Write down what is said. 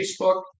Facebook